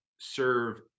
serve